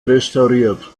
restauriert